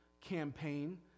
campaign